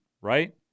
right